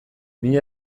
mila